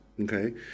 okay